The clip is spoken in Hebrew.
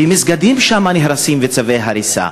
ונהרסים שם מסגדים ויש צווי הריסה.